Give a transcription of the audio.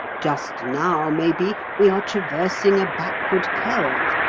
just now, maybe, we are traversing a backward curve.